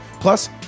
Plus